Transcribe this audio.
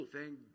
Thank